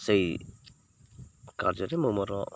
ସେଇ କାର୍ଯ୍ୟରେ ମୁଁ ମୋର